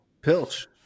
Pilch